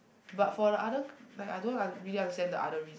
but for the other like I I don't really understand the other reason